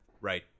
right